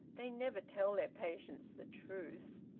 they never tell their patients the truth.